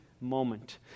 moment